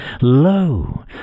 Lo